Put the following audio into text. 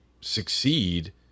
succeed